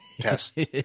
tests